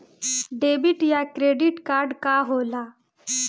Debit या credit card का होला?